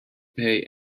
pay